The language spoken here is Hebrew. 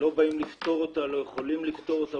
איננו יכולים לפתור אותה ואיננו באים לפתור אותה,